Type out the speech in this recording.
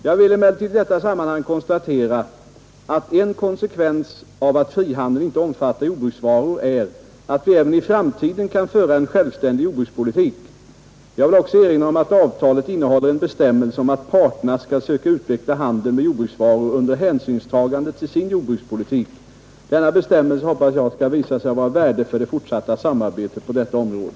Jag vill emellertid i detta sammanhang konstatera att en konsekvens av att frihandeln inte omfattar jordbruksvaror är att vi även i framtiden kan föra en självständig jordbrukspolitik. Jag vill också erinra om att avtalet innehåller en bestämmelse om att parterna skall söka utveckla handeln med jordbruksvaror under hänsynstagande till sin jordbrukspolitik. Denna bestämmelse hoppas jag skall visa sig vara av värde för det fortsatta samarbetet på detta område.